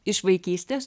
iš vaikystės